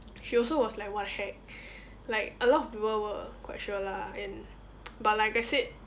she also was like what the heck like a lot people were quite sure lah and but like I said